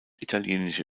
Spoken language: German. italienische